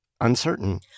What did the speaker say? uncertain